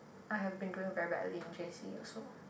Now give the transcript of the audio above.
I have been doing very badly in J_C also